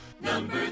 Number